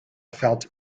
felt